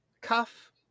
cuff